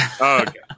Okay